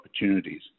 opportunities